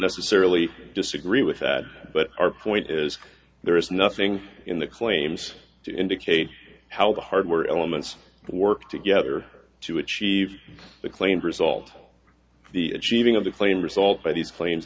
necessarily disagree with that but our point is there is nothing in the claims to indicate how the hardware elements work together to achieve the claimed result the achieving of the claim result by these cla